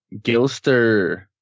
Gilster